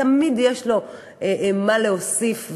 תמיד יש לו מה להוסיף,